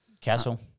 Castle